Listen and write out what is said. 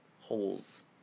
holes